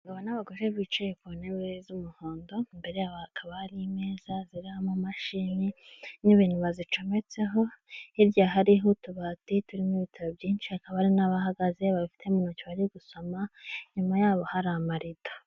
Abagabo n'abagore bicaye ku ntebe z'umuhondo, imbere yabo hakaba hari imeza ziriho amamashini n'ibintu bazicometseho, hirya hariho utubati turimo ibitabo byinshi, hakaba hari n'abahagaze babifite mu ntoki bari gusoma, inyuma yabo hari amarido.